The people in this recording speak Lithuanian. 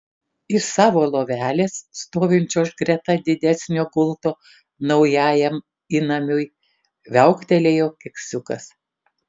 iš savo lovelės stovinčios greta didesnio gulto naujajam įnamiui viauktelėjo keksiukas